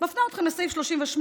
מפנה אתכם לסעיף 38,